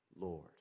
Lord